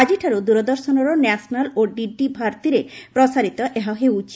ଆଜିଠାରୁ ଦୂରଦର୍ଶନର ନ୍ୟାସନାଲ ଓ ଡିଡି ଭାରତୀରେ ପ୍ରସାରିତ ହୋଇଛି